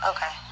Okay